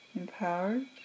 empowered